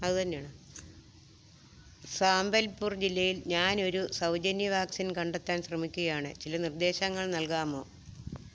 സാമ്പൽപ്പൂർ ജില്ലയിൽ ഞാനൊരു സൗജന്യ വാക്സിൻ കണ്ടെത്താൻ ശ്രമിക്കുകയാണ് ചില നിർദ്ദേശങ്ങൾ നൽകാമോ